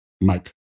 Mike